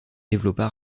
développa